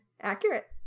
Accurate